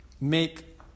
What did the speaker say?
make